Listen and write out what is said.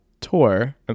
tour